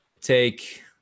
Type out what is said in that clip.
take